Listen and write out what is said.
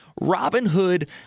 Robinhood